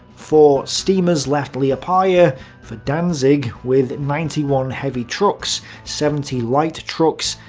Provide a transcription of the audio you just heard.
four steamers left liepaja for danzig with ninety one heavy trucks, seventy light trucks,